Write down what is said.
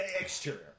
exterior